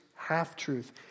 Half-truth